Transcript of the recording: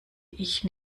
ich